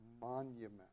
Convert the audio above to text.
monument